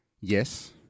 Yes